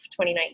2019